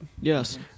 Yes